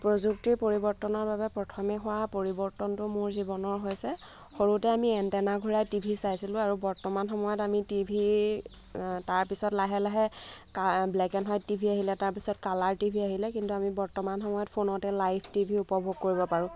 প্ৰযুক্তিৰ পৰিৱৰ্তনৰ বাবে প্ৰথমে হোৱা পৰিৱৰ্তনটো মোৰ জীৱনৰ হৈছে সৰুতে আমি এণ্টেনা ঘূৰাই টিভি চাইছিলোঁ আৰু বৰ্তমান সময়ত আমি টিভি তাৰপিছত লাহে লাহে ব্লেক এণ্ড হোৱাইট টিভি আহিলে তাৰপিছত কালাৰ টিভি আহিলে কিন্তু আমি বৰ্তমান সময়ত ফোনতে লাইভ টিভি উপভোগ কৰিব পাৰোঁ